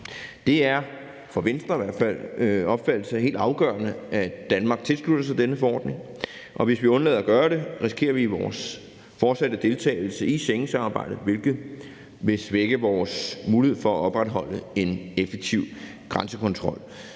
efter Venstres opfattelse, helt afgørende, at Danmark tilslutter sig denne forordning. Hvis vi undlader at gøre det, risikerer vi vores fortsatte deltagelse i Schengensamarbejdet, hvilket vil svække vores mulighed for at opretholde en effektiv grænsekontrol.